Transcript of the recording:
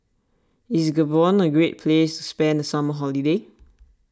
is Gabon a great place to spend the summer holiday